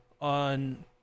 on